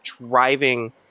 driving